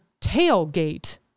tailgate